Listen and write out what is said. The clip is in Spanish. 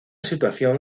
situación